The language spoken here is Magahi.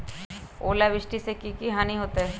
ओलावृष्टि से की की हानि होतै?